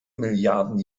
milliarden